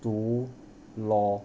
读 law